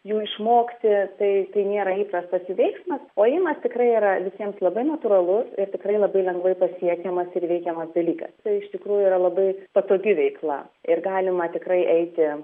jų išmokti tai tai nėra įprastas veiksmas o ėjimas tikrai yra visiems labai natūralus ir tikrai labai lengvai pasiekiamas ir įveikiamas dalykas tai iš tikrųjų yra labai patogi veikla ir galima tikrai eiti